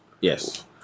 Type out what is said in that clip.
Yes